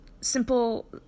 simple